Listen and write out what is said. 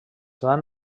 van